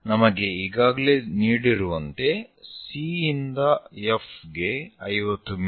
ನಮಗೆ ಈಗಾಗಲೇ ನೀಡಿರುವಂತೆ C ಯಿಂದ F ಗೆ 50 ಮಿ